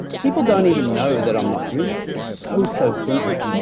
people don't even know that i'm not drinking. it's so, so simple.